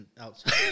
outside